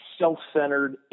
self-centered